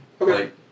Okay